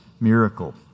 miracle